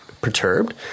perturbed